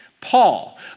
Paul